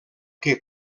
que